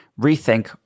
rethink